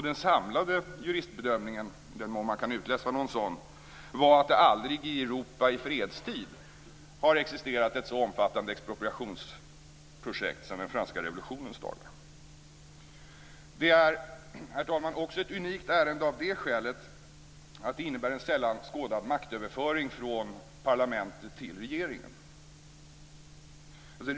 Den samlade juristbedömningen, i den mån man kan utläsa någon sådan, var att det aldrig i Europa i fredstid har existerat ett så omfattande expropriationsprojekt sedan den franska revolutionens dagar. Herr talman! Det är också ett unikt ärende av det skälet att det innebär en sällan skådad maktöverföring från parlamentet till regeringen.